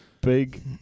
big